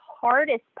hardest